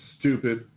stupid